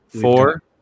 Four